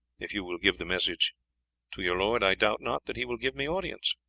if you will give the message to your lord i doubt not that he will give me audience.